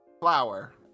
Flower